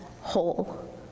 whole